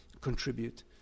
contribute